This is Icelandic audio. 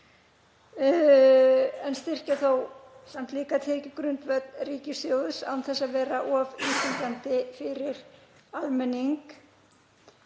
en styrkja samt líka tekjugrundvöll ríkissjóðs án þess að vera of íþyngjandi fyrir almenning.